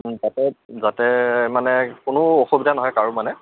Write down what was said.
তাতে যাতে মানে কোনো অসুবিধা নহয় কাৰো মানে